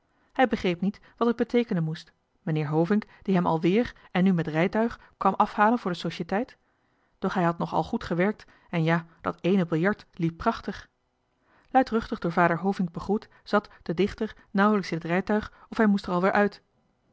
hij begreep niet wat het beteekenen moest meneer hovink die hem alweer en nu met rijtuig kwam afhalen voor de societeit doch hij had nog al goed gewerkt en ja dat ééne biljart liep prachtig luidruchtig door vader hovink begroet zat de dichter nauwelijks in het rijtuig of hij moest er alweer uit